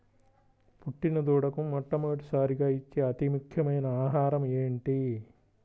పుట్టిన దూడకు మొట్టమొదటిసారిగా ఇచ్చే అతి ముఖ్యమైన ఆహారము ఏంటి?